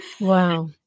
Wow